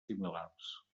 similars